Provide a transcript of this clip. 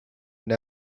and